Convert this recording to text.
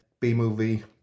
B-movie